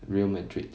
real madrid